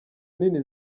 nini